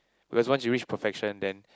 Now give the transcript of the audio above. because once you reach perfection then